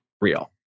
real